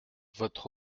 votre